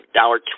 dollar